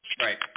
Right